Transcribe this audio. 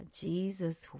Jesus